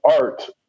art